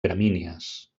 gramínies